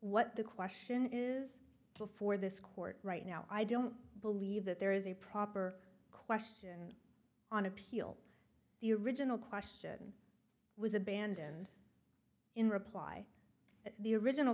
what the question is before this court right now i don't believe that there is a proper question on appeal the original question was abandoned in reply the original